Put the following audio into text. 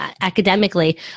academically